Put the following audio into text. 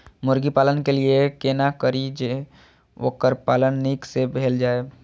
मुर्गी पालन के लिए केना करी जे वोकर पालन नीक से भेल जाय?